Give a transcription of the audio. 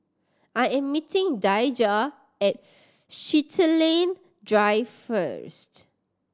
I am meeting Daijah at Chiltern Drive first